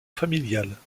familiale